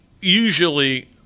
usually –